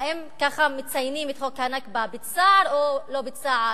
האם ככה מציינים את חוק ה"נכבה", בצער או לא בצער?